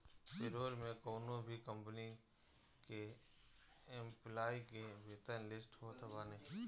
payroll में कवनो भी कंपनी के एम्प्लाई के वेतन लिस्ट होत बावे